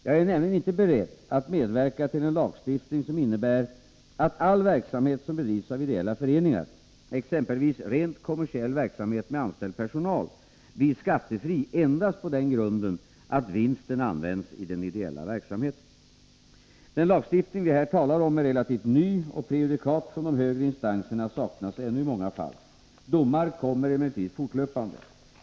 Jag är nämligen inte beredd att medverka till en lagstiftning som innebär att all verksamhet som bedrivs av ideella föreningar — exempelvis rent kommersiell verksamhet med anställd personal — blir skattefri endast på den grunden att vinsten används i den ideella verksamheten. Den lagstiftning vi här talar om är relativt ny och prejudikat från de högre instanserna saknas ännu i många fall. Domar kommer emellertid fortlöpande.